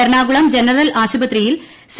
Ernakulam general ആശുപത്രിയിൽ C